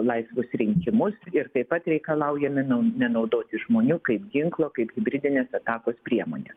laisvus rinkimus ir taip pat reikalaujame nenaudoti žmonių kaip ginklo kaip hibridinės atakos priemonės